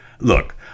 look